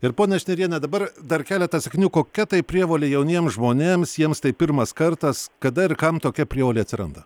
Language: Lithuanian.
ir ponia šniriene dabar dar keletas sakinių kokia tai prievolė jauniems žmonėms jiems tai pirmas kartas kada ir kam tokia prievolė atsiranda